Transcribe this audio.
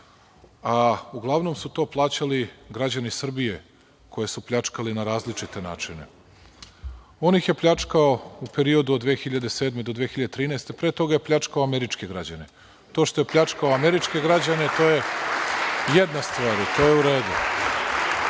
a uglavnom su to plaćali građani Srbije koje su pljačkali na različite načine. On ih je pljačkao u periodu od 2007. do 2013. godine, a pre toga je pljačkao američke građane. To što je pljačkao američke građane, to je jedna stvar i to je u redu.